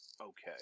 okay